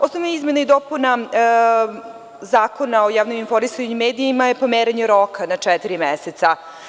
Osnovna izmena i dopuna Zakona o javnom informisanju i medijima je pomeranje roka za četiri meseca.